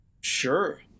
Sure